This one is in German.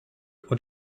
und